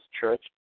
church